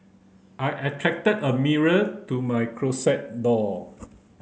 I attached a mirror to my closet door